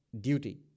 duty